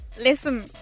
Listen